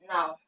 Now